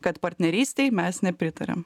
kad partnerystei mes nepritariam